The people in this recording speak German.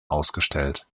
ausgestellt